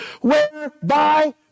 whereby